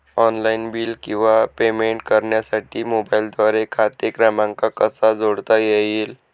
Online bill किंवा payment करण्यासाठी मोबाईलद्वारे खाते क्रमांक कसा जोडता येईल?